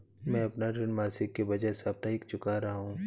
मैं अपना ऋण मासिक के बजाय साप्ताहिक चुका रहा हूँ